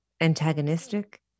antagonistic